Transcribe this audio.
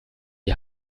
die